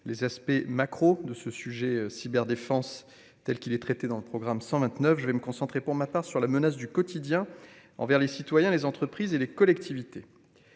les aspects macro-de ce sujet cyber défense telle qu'il est traité dans le programme 129 je vais me concentrer pour ma part, sur la menace du quotidien envers les citoyens, les entreprises et les collectivités,